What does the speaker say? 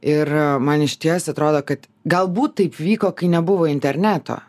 ir man išties atrodo kad galbūt taip vyko kai nebuvo interneto